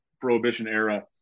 Prohibition-era